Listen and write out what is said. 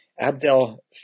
Abdel